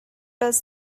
does